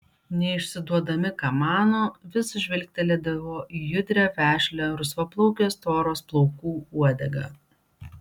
neišsiduodami ką mano vis žvilgtelėdavo į judrią vešlią rusvaplaukės toros plaukų uodegą